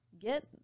get